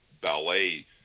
ballet